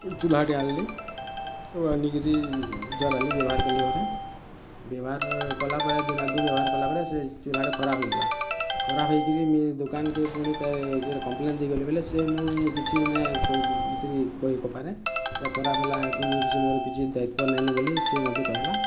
ଚୁହ୍ଲାଟୋ ଆଣିଲ୍ ଆନିକିରି ଜଲାଲି ବ୍ୟବହାର୍ କଲି ଘରେ ବ୍ୟବହାର କଲାପରେ ଦିନେ ଅଧୁ ବ୍ୟବହାର୍ କଲାପରେ ସେ ଚୁହ୍ଲାଟା ଖରାପ୍ ହେଇଗଲା ଖରାପ ହେଇକରି ମି ଦୁକାନ୍ କେ କମ୍ପ୍ଲେନ୍ ଦେଲା ପରେ ସେ ମି କିଛି କହି ନପାରେ ଖରାପ ହେଲା କିଛି ଦାୟିତ୍ୱ ନାଇନ ବୋଲି ସେ ମତେ କହିଲା